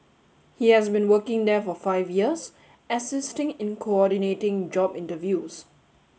he has been working there for five years assisting in coordinating job interviews